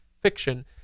fiction